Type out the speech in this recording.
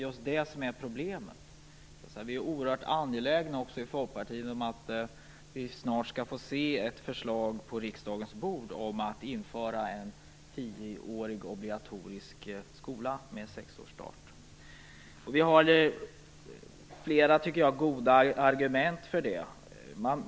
Vi i Folkpartiet är oerhört angelägna om att snart få se ett förslag på riksdagens bord om införande av en tioårig obligatorisk skola med sexårsstart. Vi har flera goda argument för detta.